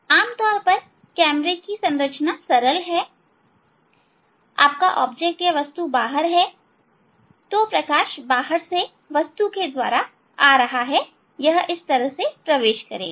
आमतौर पर कैमरे की सरल संरचना है आपकी वस्तु बाहर है तो प्रकाश बाहर से वस्तु के द्वारा आ रहा है यह प्रवेश करेगा